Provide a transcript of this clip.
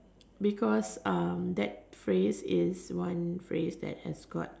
because um that phrase is one phrase that has got